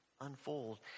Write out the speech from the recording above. unfold